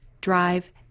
drive